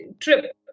trip